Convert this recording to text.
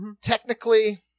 technically